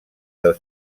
del